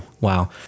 Wow